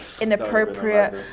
inappropriate